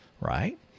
right